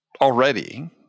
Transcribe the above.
already